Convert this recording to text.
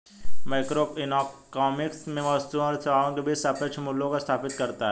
microeconomics में वस्तुओं और सेवाओं के बीच सापेक्ष मूल्यों को स्थापित करता है